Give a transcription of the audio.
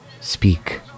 speak